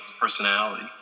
personality